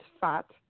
fat